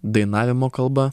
dainavimo kalba